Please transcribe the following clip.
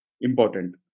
important